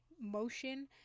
motion